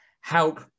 help